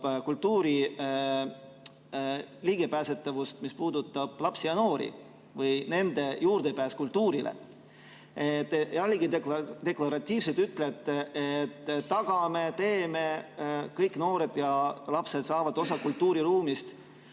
kultuuri ligipääsetavust, mis puudutab lapsi ja noori või nende juurdepääsu kultuurile. Te jällegi deklaratiivselt ütlete, et tagame, teeme, kõik noored ja lapsed saavad osa kultuuriruumist.